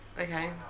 Okay